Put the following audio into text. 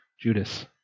Judas